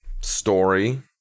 story